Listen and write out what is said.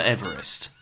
Everest